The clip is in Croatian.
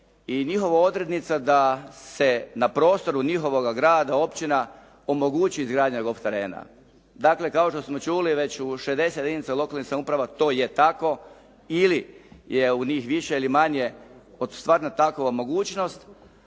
i njihova odrednica da se na prostoru njihovoga grada, općina omogući izgradnja golf terena. Dakle kao što smo čuli već u 60 jedinica lokalnih samouprava to je tako ili je u njih više ili manje od stvarno takova mogućnost,